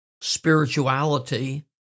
spirituality